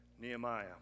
Nehemiah